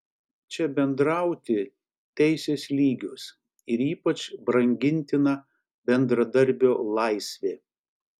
čia bendrauti teisės lygios ir ypač brangintina bendradarbio laisvė